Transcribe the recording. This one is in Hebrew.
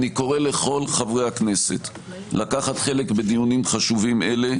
אני קורא לכל חברי הכנסת לקחת חלק בדיונים חשובים אלה,